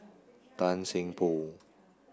Tan Seng Poh